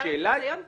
בגלל החיסיון כביכול.